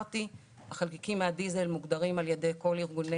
החלקיקים מהדיזל מוגדרים על ידי כל ארגוני